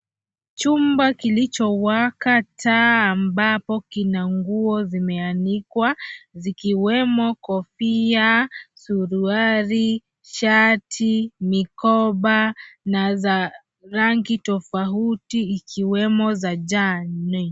Chumba kilichowaka taa ambapo kina nguo zimeanikwa zikiwemo kofia, suruali, shati, mikoba na za rangi tofauti ikiwemo za jani.